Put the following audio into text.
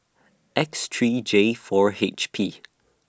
X three J four H P